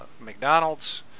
McDonald's